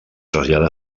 trasllada